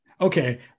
Okay